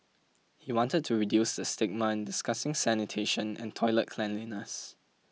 he wanted to reduce the stigma in discussing sanitation and toilet cleanliness